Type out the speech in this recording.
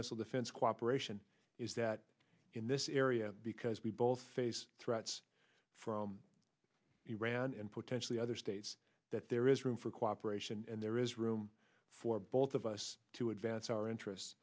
missile defense cooperation is that in this area because we both face threats from iran and potentially other states that there is room for cooperation and there is room for both of us to advance our interests